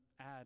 add